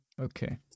Okay